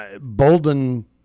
Bolden –